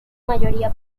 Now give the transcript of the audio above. mayoría